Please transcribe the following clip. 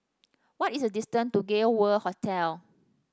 what is the distance to Gay World Hotel